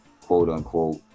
quote-unquote